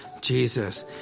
Jesus